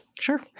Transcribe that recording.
Sure